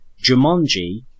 Jumanji